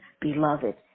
beloved